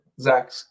Zach